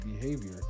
behavior